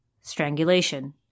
strangulation